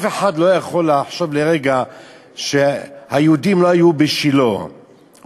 אף אחד לא יכול לחשוב לרגע שהיהודים לא היו בשילה או